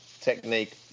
technique